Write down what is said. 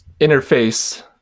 interface